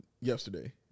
yesterday